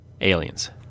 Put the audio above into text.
Aliens